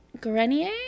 Grenier